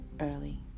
early